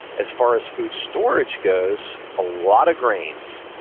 as far as food storage goes, a lot of grains.